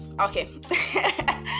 Okay